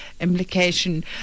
implication